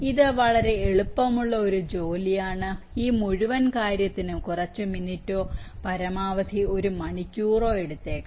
ഇത് വളരെ എളുപ്പമുള്ള ജോലിയാണ് ഈ മുഴുവൻ കാര്യത്തിനും കുറച്ച് മിനിറ്റോ പരമാവധി ഒരു മണിക്കൂറോ എടുത്തേക്കാം